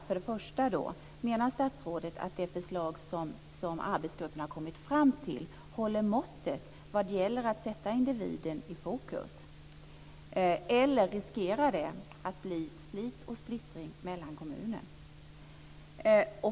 För det första: Menar statsrådet att det förslag som arbetsgruppen har kommit fram till håller måttet vad gäller att sätta individen i fokus, eller riskerar det att bli split och splittring mellan kommuner?